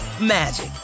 magic